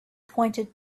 pointed